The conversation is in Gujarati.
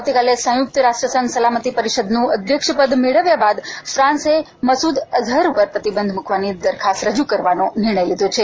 આવતીકાલે સંયુક્ત રાષ્ટ્રસંઘની સલામતી પરિષદનું અધ્યક્ષપદ મેળવ્યા બાદ મસુદ અઝહર ઉપર પ્રતિબંધ મુકવાની દરખાસ્ત રજુ કરવાનો નિર્ણય લીધો છે